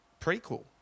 prequel